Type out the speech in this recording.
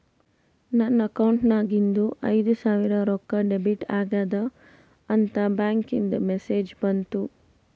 ನನ್ ಅಕೌಂಟ್ ನಾಗಿಂದು ಐಯ್ದ ಸಾವಿರ್ ರೊಕ್ಕಾ ಡೆಬಿಟ್ ಆಗ್ಯಾದ್ ಅಂತ್ ಬ್ಯಾಂಕ್ಲಿಂದ್ ಮೆಸೇಜ್ ಬಂತು